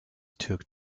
took